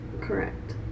Correct